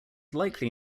likely